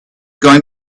going